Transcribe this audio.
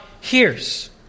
hears